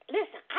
Listen